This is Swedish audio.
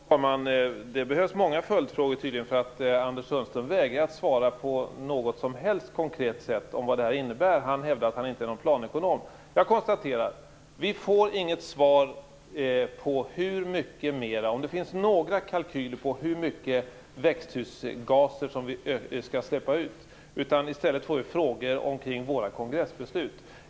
Fru talman! Det behövs tydligen många följdfrågor, för Anders Sundström vägrar att på något som helst konkret sätt svara på vad detta innebär och hävdar att han inte är någon planekonom. Jag konstaterar att vi inte får något svar på frågan om det finns några kalkyler på hur mycket växthusgaser som skall släppas ut. I stället får jag frågor om våra kongressbeslut.